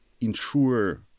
ensure